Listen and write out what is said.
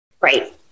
right